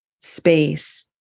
space